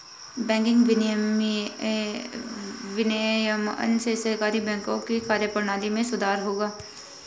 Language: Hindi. बैंकिंग विनियमन से सहकारी बैंकों की कार्यप्रणाली में सुधार होगा